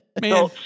Man